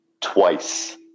twice